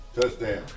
Touchdown